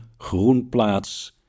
Groenplaats